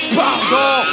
pardon